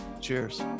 Cheers